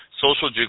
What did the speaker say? Social